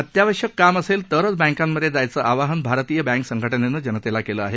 अत्यावश्यक काम असेल तरच बँकांमधे जायचं आवाहन भारतीय बँक संघटनेनं जनतेला केलं आहे